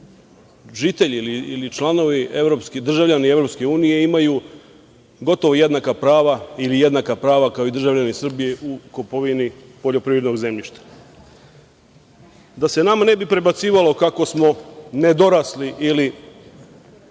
žitelji ili članovi, državljani EU imaju gotovo jednaka prava ili jednaka prava kao i državljani Srbije u kupovini poljoprivrednog zemljišta. Da se nama ne bi prebacivalo kako smo nedorasli ili